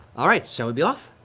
all right, so we'll be off?